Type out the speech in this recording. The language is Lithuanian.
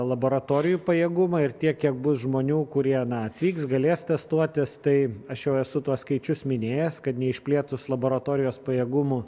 laboratorijų pajėgumai ir tiek kiek bus žmonių kurie atvyks galės testuotis tai aš jau esu tuos skaičius minėjęs kad neišplėtus laboratorijos pajėgumų